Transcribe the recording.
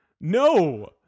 No